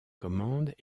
commandes